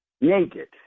naked